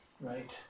right